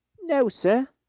no, sir.